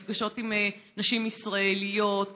נפגשות עם נשים ישראליות,